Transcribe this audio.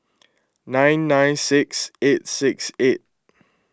nine nine six eight six eight